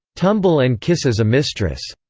tumble and kiss as a mistress.